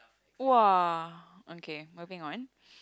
!wah! okay moving on